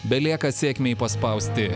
belieka sėkmei paspausti